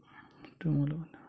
तर मला